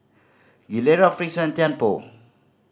Gilera Frixion and Tianpo